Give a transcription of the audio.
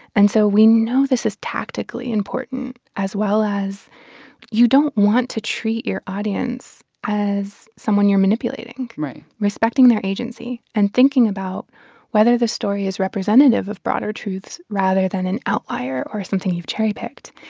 and so we know this is tactically important as well as you don't want to treat your audience as someone you're manipulating right respecting their agency and thinking about whether this story is representative of broader truths, rather than an outlier or something you've cherry-picked.